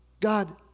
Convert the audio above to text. God